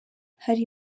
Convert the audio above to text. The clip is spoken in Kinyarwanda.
hari